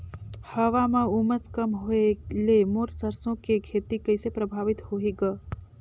हवा म उमस कम होए ले मोर सरसो के खेती कइसे प्रभावित होही ग?